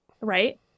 right